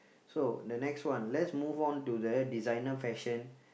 so the next one let's move on to the designer fashion